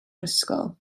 ysgol